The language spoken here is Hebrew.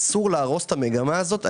אסור להרוס את המגמה הזאת.